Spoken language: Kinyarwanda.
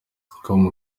com